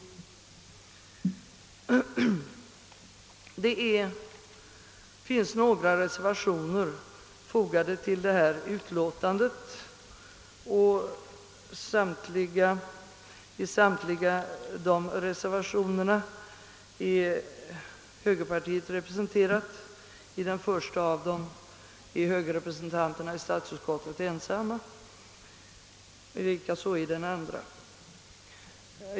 Det är några reservationer fogade vid förevarande utlåtande, och i samtliga dessa reservationer är högerpartiet representerat. I den första och även den andra av dessa är högerrepresentanterna i statsutskottet ensamma.